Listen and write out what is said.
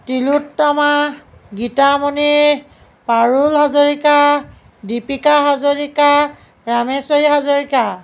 Tilottama Gitamani Parul Hazarika Dipika Hazarika Rameshwari Hazarika